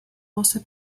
also